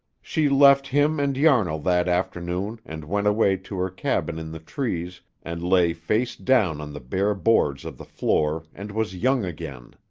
she left him and yarnall that afternoon and went away to her cabin in the trees and lay face down on the bare boards of the floor and was young again.